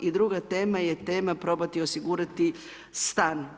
I druga tema je tema probati osigurati stan.